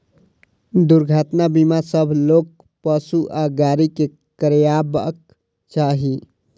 दुर्घटना बीमा सभ लोक, पशु आ गाड़ी के करयबाक चाही